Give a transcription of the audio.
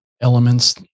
elements